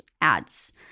ads